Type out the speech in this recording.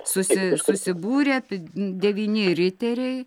susi susibūrė devyni riteriai